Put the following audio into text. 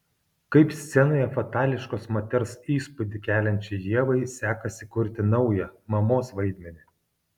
kaip scenoje fatališkos moters įspūdį keliančiai ievai sekasi kurti naują mamos vaidmenį